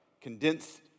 condensed